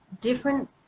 different